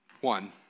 One